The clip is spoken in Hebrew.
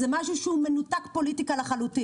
שר החקלאות דאז חתם לאחר שוועדת